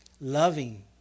loving